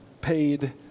paid